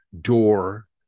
door